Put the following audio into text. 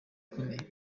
ikomeye